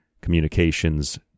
communications